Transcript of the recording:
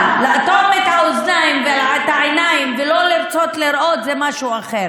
אבל לאטום את האוזניים ואת העיניים ולא לרצות לראות זה משהו אחר.